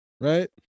right